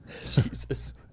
Jesus